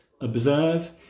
observe